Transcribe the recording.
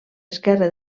esquerre